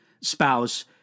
spouse